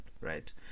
Right